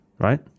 right